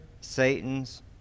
Satan's